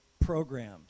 programs